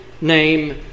name